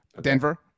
Denver